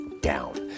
down